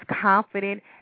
confident